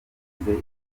igitego